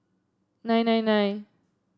nine nine nine